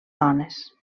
dones